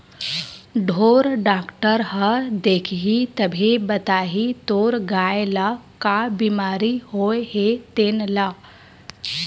ढ़ोर डॉक्टर ह देखही तभे बताही तोर गाय ल का बिमारी होय हे तेन ल